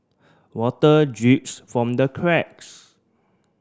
water drips from the cracks